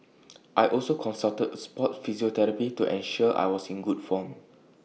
I also consulted A Sport physiotherapist to ensure I was in good form